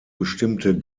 bestimmte